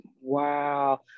Wow